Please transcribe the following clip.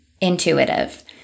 intuitive